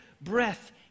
breath